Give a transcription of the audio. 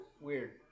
weird